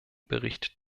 bericht